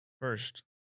first